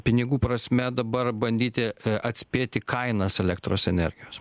pinigų prasme dabar bandyti atspėti kainas elektros energijos